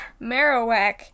Marowak